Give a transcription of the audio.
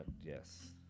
Yes